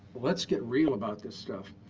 let's get real about this stuff.